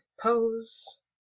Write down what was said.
Pose